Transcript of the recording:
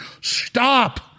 Stop